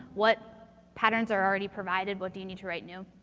what patterns are already provided. what do you need to write new?